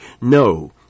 No